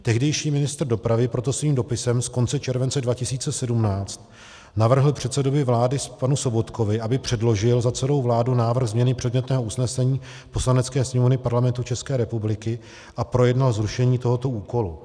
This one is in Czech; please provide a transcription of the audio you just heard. Tehdejší ministr dopravy proto svým dopisem z konce července 2017 navrhl předsedovi vlády panu Sobotkovi, aby předložil za celou vládu návrh změny předmětného usnesení Poslanecké sněmovny Parlamentu České republiky a projednal zrušení tohoto úkolu.